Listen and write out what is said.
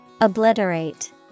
Obliterate